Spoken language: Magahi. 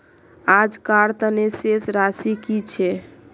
आजकार तने शेष राशि कि छे?